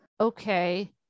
Okay